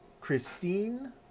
Christine